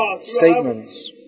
statements